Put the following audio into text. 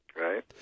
Right